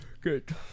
Good